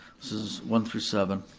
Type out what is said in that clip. this is one through seven.